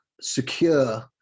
secure